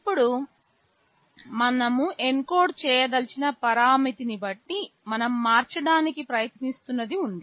ఇప్పుడు మనం ఎన్కోడ్ చేయదలిచిన పరామితిని బట్టి మనం మార్చడానికి ప్రయత్నిస్తున్నది ఉంది